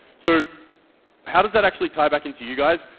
so how does that actually tie back into you guys?